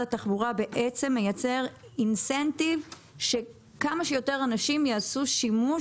התחבורה מייצר אינסנטיב שכמה שיותר אנשים יעשו שימוש